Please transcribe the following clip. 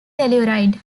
telluride